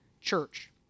church